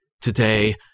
today